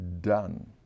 done